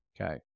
okay